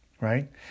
right